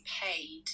paid